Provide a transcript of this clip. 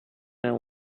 and